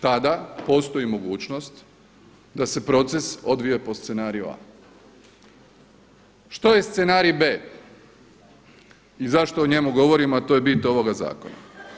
Tada postoji mogućnost da se proces odvija po scenariju A. Što je scenarij B i zašto o njemu govorimo a to je bit ovoga zakona?